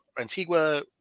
Antigua